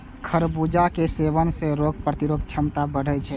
खरबूजा के सेवन सं रोग प्रतिरोधक क्षमता बढ़ै छै